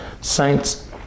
Saints